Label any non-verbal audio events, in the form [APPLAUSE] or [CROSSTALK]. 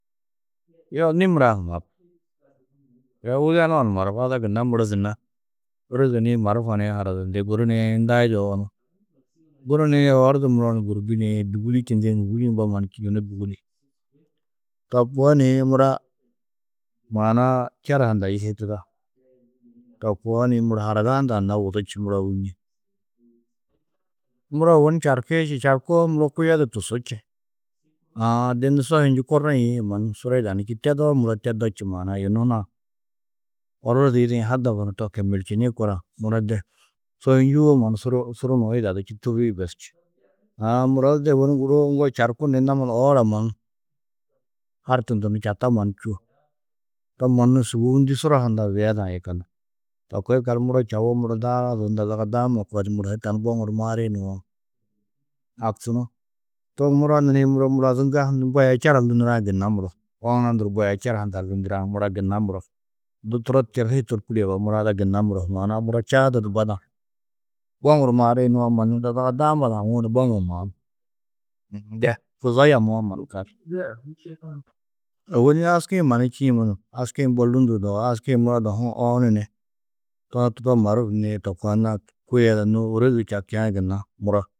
Yo, nimir-ã [UNINTELLIGIBLE] yoo widenu-ã ni maaruf, ada gunna muro [UNINTELLIGIBLE] ôroze nîi maarufa nii haradindi. Guru nii, ndai di owonu, guru nii oor du muro ni gûrbi nii, dûguli čindĩ ni, dûguli-ĩ mbo mannu [UNINTELLIGIBLE] To koo nii, mura maana-ã čera hundã yihitida. To koo nii, muro haraga hundã gunna wudu či, muro ôwonni. Muro ôwonni čarki či, čarkoo, muro kuyo di tusú či. Aã de nû sohi njî korro yeîe mannu suru yidanú či. Tedoo muro teddo či maana-ã yunu hunã orro yidĩ hadaf hunu to kemelčini korã, muro de sohi njûwo mannu suru suru nuũ yidadú či. Tûrri bes či. Aã muro de ôwonni guruo ŋgo čarku ni naman oora mannu hartundu ni čata mannu čûo. To mannu sûbou ndû, suraa hundã ziyeda-ã yikallu. To koo yikallu, muro čawo muro daara du unda zaga daama koo di muro hi tani boŋuru maari nuwo, haktunú. To muro nirĩ, muro, mura ŋga mbo aya čera lûnurã gunna muro. Owona nduru, mbo aya čera hundã lûndurã, mura gunna muro. Du turo čirri hi torkirîe yugó, mura ada gunna muro, maana-ã muro čaado di badã, boŋuru maari nuwo maanu, unda zaga daama du haŋuũ ni boŋuũ maú. De kuzo yamoo mannu kal. [NOISE] Ôwonni aski-ĩ mannu čîĩ munum. Aski-ĩ mbo lûndurdo yugó. Aski-ĩ muro dahu-ã owonu ni tuhatudo maaruf nii, to koo anna-ã, kôe ada nû ôrozi čarkiã gunna muro.